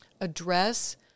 address